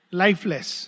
lifeless।